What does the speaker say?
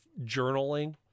journaling